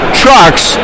trucks